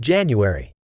January